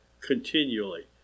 continually